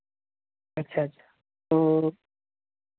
अच्छा अच्छा तो